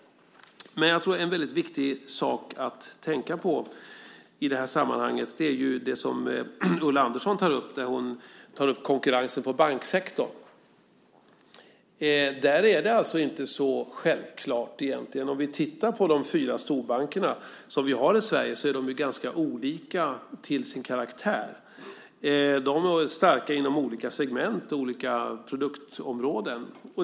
En viktig sak att tänka på i det här sammanhanget är det som Ulla Andersson tog upp, nämligen konkurrensen inom banksektorn. Om vi tittar på de fyra storbanker som vi har i Sverige ser vi att de är ganska olika till sin karaktär. De är starka inom olika segment och inom olika produktområden.